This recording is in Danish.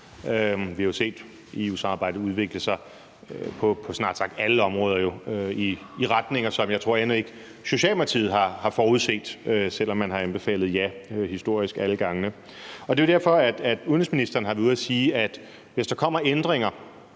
Vi har jo set EU-samarbejdet udvikle sig på snart sagt alle områder i retninger, som jeg tror end ikke Socialdemokratiet har forudset, selv om man historisk set har anbefalet et ja alle gangene. Det er jo derfor, at udenrigsministeren har været ude at sige, at hvis der kommer ændringer